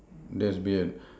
there's beard